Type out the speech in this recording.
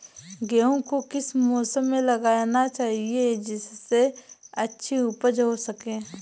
गेहूँ को किस मौसम में लगाना चाहिए जिससे अच्छी उपज हो सके?